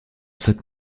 cette